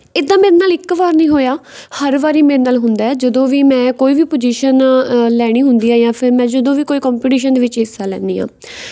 ਇੱਦਾਂ ਮੇਰੇ ਨਾਲ ਇੱਕ ਵਾਰ ਨਹੀਂ ਹੋਇਆ ਹਰ ਵਾਰੀ ਮੇਰੇ ਨਾਲ ਹੁੰਦਾ ਹੈ ਜਦੋਂ ਵੀ ਮੈਂ ਕੋਈ ਵੀ ਪੁਜ਼ੀਸ਼ਨ ਲੈਣੀ ਹੁੰਦੀ ਆ ਜਾਂ ਫਿਰ ਮੈਂ ਜਦੋਂ ਵੀ ਕੋਈ ਕੋਂਪੀਟੀਸ਼ਨ ਦੇ ਵਿੱਚ ਹਿੱਸਾ ਲੈਂਦੀ ਹਾਂ